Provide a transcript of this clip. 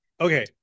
okay